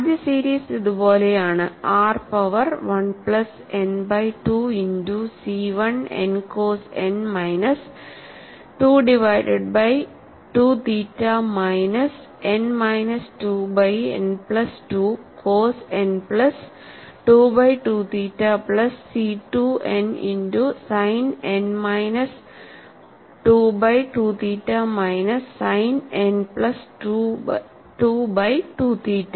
ആദ്യ സീരീസ് ഇതുപോലെയാണ് r power 1 plus n by 2 into C 1 n cos n minus 2 divided by 2 theta minus n minus 2 by n plus 2 cos n plus 2 by 2 theta plus C 2 n into sine n minus 2 by 2 theta minus sine n plus 2 by 2 theta